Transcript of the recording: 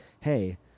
hey